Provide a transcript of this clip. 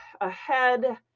ahead